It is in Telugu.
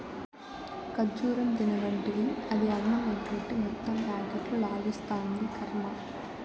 ఖజ్జూరం తినమంటివి, అది అన్నమెగ్గొట్టి మొత్తం ప్యాకెట్లు లాగిస్తాంది, కర్మ